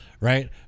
Right